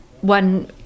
one